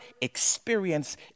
experience